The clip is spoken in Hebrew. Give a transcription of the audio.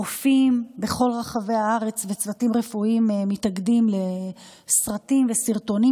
רופאים בכל רחבי הארץ וצוותים רפואיים מתאגדים בסרטים וסרטונים